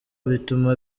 bituma